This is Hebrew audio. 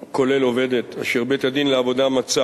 כולל עובדת, אשר בית-הדין לעבודה מצא